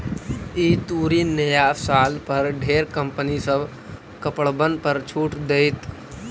ई तुरी नया साल पर ढेर कंपनी सब कपड़बन पर छूट देतई